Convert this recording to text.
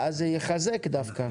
ואז זה יחזק דווקא.